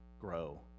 grow